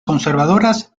conservadoras